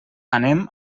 anem